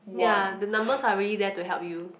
ya the numbers are already there to help you